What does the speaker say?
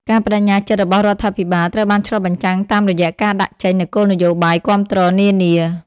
ការប្តេជ្ញាចិត្តរបស់រដ្ឋាភិបាល ត្រូវបានឆ្លុះបញ្ចាំងតាមរយៈការដាក់ចេញនូវគោលនយោបាយគាំទ្រនានា។